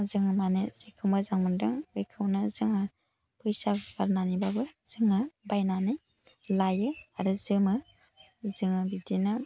जोङो माने जेखौ मोजां मोन्दों बेखौनो जोङो फैसा गारनानैबाबो जोङो बायनानै लायो आरो जोमो जोङो बिदिनो